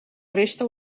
resta